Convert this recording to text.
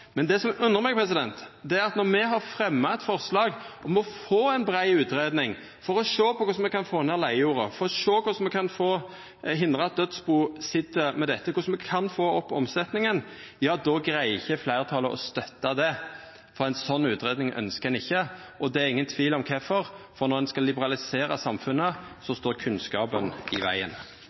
Men når det buttar litt imot, kva skjer då? Svære nasjonale ressursar vert selde ut av landet. Det er det Senterpartiet ønskjer å unngå skal skje med jord- og skogeigedomane. Difor går me mot dei endringane som er føreslått. Det som undrar meg, er at når me har fremja eit forslag om å få ei brei utgreiing for å sjå på korleis me kan få ned leigejorddelen, for å sjå på korleis me kan hindra at dødsbu sit med dette, korleis me kan få opp omsetnaden, då greier ikkje fleirtalet å støtta det,